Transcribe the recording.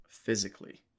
Physically